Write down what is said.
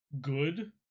good